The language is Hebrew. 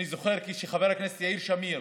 אני זוכר שכשהיה חבר הכנסת יאיר שמיר